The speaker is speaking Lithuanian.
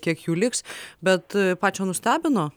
kiek jų liks bet pačią nustebino